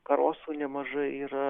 karosų nemažai yra